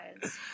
guys